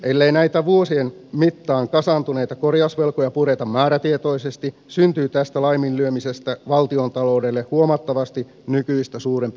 ellei näitä vuosien mittaan kasaantuneita korjausvelkoja pureta määrätietoisesti syntyy tästä laiminlyömisestä valtiontaloudelle huomattavasti nykyistä suurempi korjauslasku